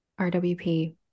RWP